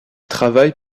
travaille